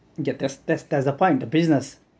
get that that's that's the point the business